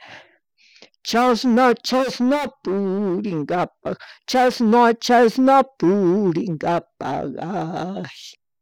chashan, chashna puringapak, chasna, chasna puringapak